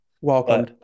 Welcome